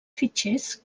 fitxers